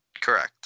Correct